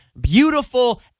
beautiful